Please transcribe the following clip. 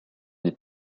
des